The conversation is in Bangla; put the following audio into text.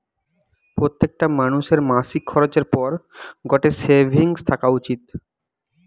প্রত্যেকটা মানুষের মাসিক খরচের পর গটে সেভিংস থাকা উচিত